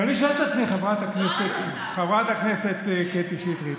ואני שואל את עצמי, חברת הכנסת קטי שטרית: